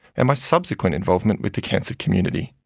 and my subsequent involvement with the cancer community.